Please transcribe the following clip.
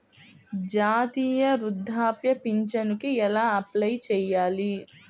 జాతీయ వృద్ధాప్య పింఛనుకి ఎలా అప్లై చేయాలి?